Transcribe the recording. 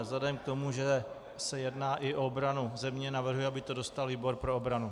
Vzhledem k tomu, že se jedná i o obranu země, navrhuji, aby to dostal výbor pro obranu.